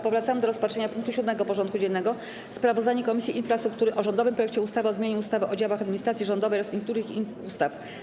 Powracamy do rozpatrzenia punktu 7. porządku dziennego: Sprawozdanie Komisji Infrastruktury o rządowym projekcie ustawy o zmianie ustawy o działach administracji rządowej oraz niektórych innych ustaw.